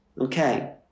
Okay